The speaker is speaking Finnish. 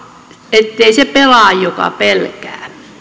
ettei se pelaa joka pelkää